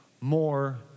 more